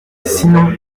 sinon